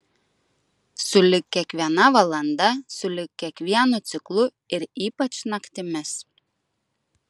sulig kiekviena valanda sulig kiekvienu ciklu ir ypač naktimis